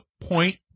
point